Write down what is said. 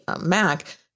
Mac